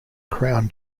crown